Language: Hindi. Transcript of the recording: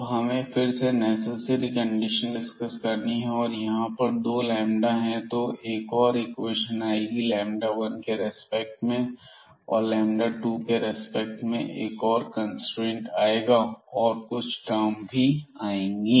अब हमें फिर से नेसेसरी कंडीशन डिस्कस करनी है यहां पर दो लैंबदा है तो एक और इक्वेशन आएगी 1 के रेस्पेक्ट में और 2 के रेस्पेक्ट में एक और कंस्ट्रेंट आएगा और और भी कुछ टर्म आएंगी